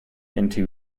into